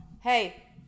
hey